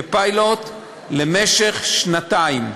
כפיילוט למשך שנתיים.